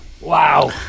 Wow